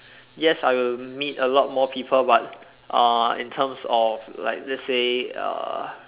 yes I will meet a lot more people but uh in terms of like let's say uh